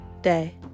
day